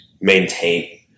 maintain